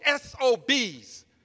SOBs